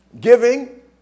giving